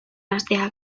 hastea